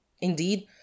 Indeed